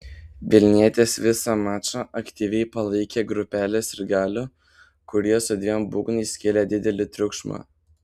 vilnietes visą mačą aktyviai palaikė grupelė sirgalių kurie su dviem būgnais kėlė didelį triukšmą